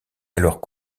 alors